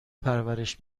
پرورش